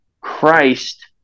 Christ